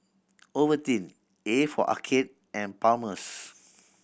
Ovaltine A for Arcade and Palmer's